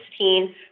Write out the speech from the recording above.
2016